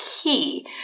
key